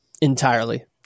entirely